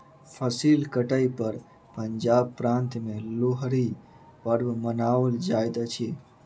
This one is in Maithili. फसिल कटै पर पंजाब प्रान्त में लोहड़ी पर्व मनाओल जाइत अछि